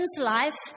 life